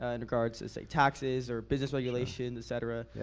ah in regards to say taxes or business regulation and et cetera. yeah